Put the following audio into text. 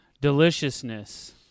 deliciousness